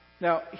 Now